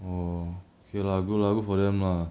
orh okay lah good lah good for them lah